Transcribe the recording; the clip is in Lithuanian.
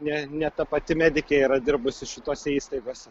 ne ne ta pati medikė yra dirbusi šitose įstaigose